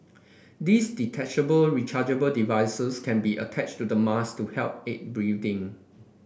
these detachable rechargeable devices can be attached to the mass to help aid breathing